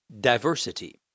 Diversity